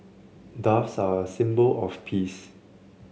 doves are a symbol of peace